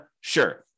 Sure